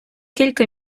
кілька